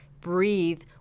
breathe